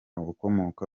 ukomoka